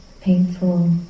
painful